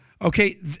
Okay